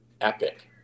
epic